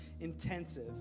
intensive